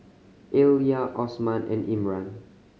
Alya Osman and Imran